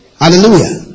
Hallelujah